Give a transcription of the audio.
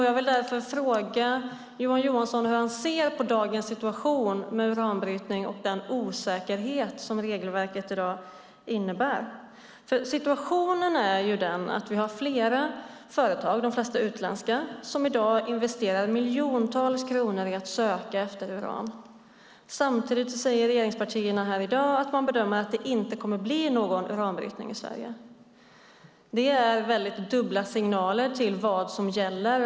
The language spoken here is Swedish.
Jag vill därför fråga Johan Johansson hur han ser på dagens situation med uranbrytning och den osäkerhet som regelverket i dag innebär. Situationen är den att vi har flera företag, de flesta utländska, som i dag investerar miljontals kronor i att söka efter uran. Samtidigt säger regeringspartierna här i dag att man bedömer att det inte kommer att bli någon uranbrytning i Sverige. Det är dubbla signaler om vad som gäller.